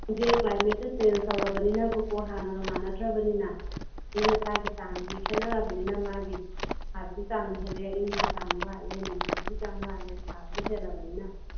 ꯁꯦ ꯀ꯭ꯂꯥꯏꯃꯦꯠꯁꯦ ꯆꯦꯟꯖ ꯇꯧꯔꯕꯅꯤꯅꯀꯣ ꯍꯥꯟꯅꯒ ꯃꯥꯟꯅꯗ꯭ꯔꯕꯅꯤꯅ ꯑꯌꯤꯡ ꯑꯁꯥꯒꯤ ꯆꯥꯡꯁꯦ ꯈꯦꯠꯅꯔꯕꯅꯤꯅ ꯃꯥꯒꯤ ꯁꯥꯕꯒꯤ ꯆꯥꯡ ꯍꯦꯜꯂꯦ ꯏꯪꯕꯒꯤ ꯆꯥꯡ ꯋꯥꯠꯂꯦ ꯅꯣꯡ ꯆꯨꯕꯒꯤ ꯆꯥꯡ ꯋꯥꯠꯂꯦ ꯁꯥꯕꯅ ꯍꯦꯜꯂꯕꯅꯤꯅ